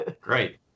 Great